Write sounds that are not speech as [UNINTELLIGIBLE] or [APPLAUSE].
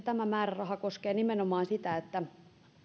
[UNINTELLIGIBLE] tämä määräraha koskee nimenomaan sitä että